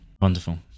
Wonderful